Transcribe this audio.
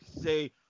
say